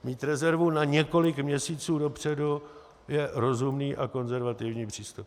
Mít rezervu na několik měsíců dopředu je rozumný a konzervativní přístup.